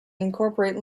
incorporate